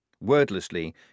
Wordlessly